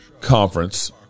conference